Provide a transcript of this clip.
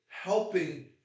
helping